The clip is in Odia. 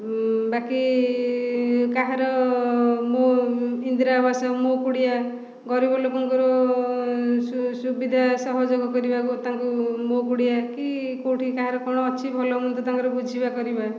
ବାକି କାହାର ମୋ ଇନ୍ଦିରାବାସ ମୋ କୁଡ଼ିଆ ଗରିବ ଲୋକଙ୍କର ସୁବିଧା ସହଯୋଗ କରିବାକୁ ତାଙ୍କୁ ମୋ କୁଡ଼ିଆ କି କେଉଁଠି କାହାର କ'ଣ ଅଛି ଭଲ ମନ୍ଦ ତାଙ୍କର ବୁଝିବା କରିବା